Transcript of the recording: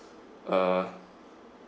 uh